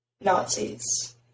Nazis